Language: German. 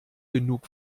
genug